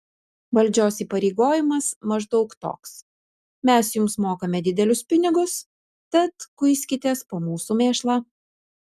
valdžios įpareigojimas maždaug toks mes jums mokame didelius pinigus tad kuiskitės po mūsų mėšlą